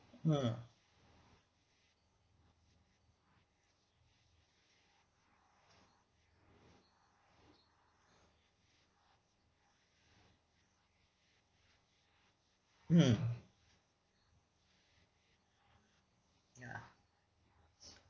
mm mm ya